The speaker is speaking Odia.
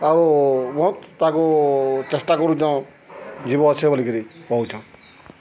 ଆଉ ବହତ୍ ତାକୁ ଚେଷ୍ଟା କରୁଚନ୍ ଜୀବ ଅଛେ ବୋଲିକିରି କହୁଛନ୍